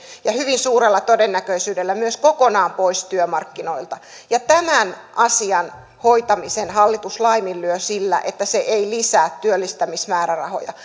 ja hyvin suurella todennäköisyydellä myös kokonaan pois työmarkkinoilta ja tämän asian hoitamisen hallitus laiminlyö sillä että se ei lisää työllistämismäärärahoja